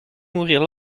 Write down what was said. mourir